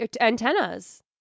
antennas